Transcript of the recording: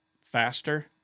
faster